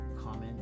comment